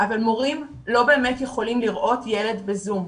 אבל מורים לא באמת יכולים לראות ילד בזום.